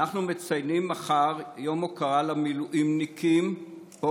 אנחנו מציינים מחר יום הוקרה למילואימניקים פה,